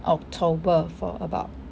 october for about